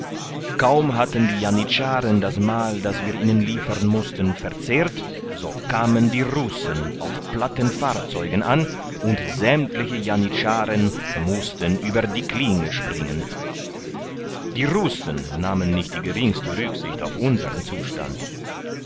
kaum hatten die janitscharen das mahl das wir ihnen liefern mußten verzehrt so kamen die russen auf platten fahrzeugen an und sämmtliche janitscharen mußten über die klinge springen die russen nahmen nicht die geringste rücksicht auf unsern zustand